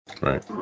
Right